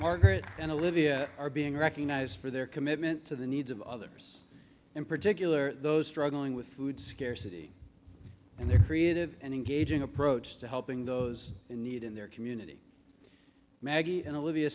margaret and a livia are being recognized for their commitment to the needs of others in particular those struggling with food scarcity and their creative and engaging approach to helping those in need in their community maggie and olivia